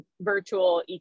virtual